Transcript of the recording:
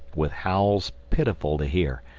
with howls pitiful to hear,